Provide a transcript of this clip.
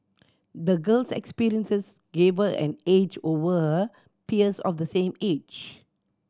the girl's experiences gave her an edge over her peers of the same age